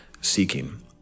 seeking